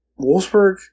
Wolfsburg